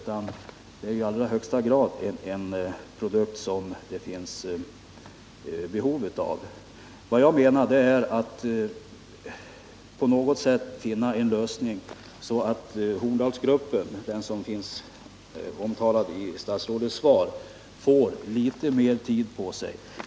Vad jag menar är att man på något sätt måste finna en lösning så att Horndalsgruppen, den som finns omtalad i statsrådets svar, får litet mer tid på sig.